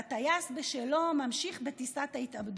והטייס בשלו, ממשיך בטיסת ההתאבדות.